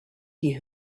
die